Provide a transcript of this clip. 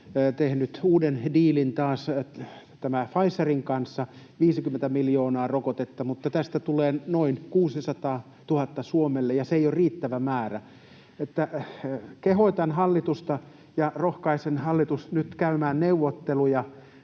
tehnyt uuden diilin taas Pfizerin kanssa, 50 miljoonaa rokotetta, mutta tästä tulee noin 600 000 Suomelle, ja se ei ole riittävä määrä. Kehotan ja rohkaisen hallitusta nyt käymään neuvotteluja